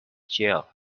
jill